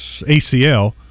acl